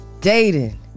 Dating